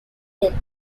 then